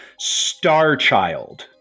Starchild